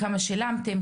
כמה שילמתם,